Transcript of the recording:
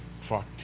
fuck